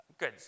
Good